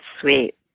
Sweet